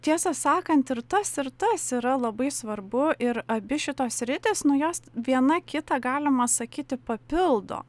tiesą sakant ir tas ir tas yra labai svarbu ir abi šitos sritys nu jos viena kitą galima sakyti papildo